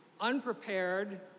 unprepared